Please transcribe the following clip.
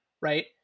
Right